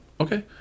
okay